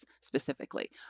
specifically